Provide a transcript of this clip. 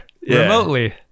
remotely